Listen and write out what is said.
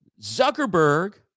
Zuckerberg